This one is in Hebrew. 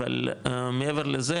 אבל מעבר לזה,